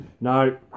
No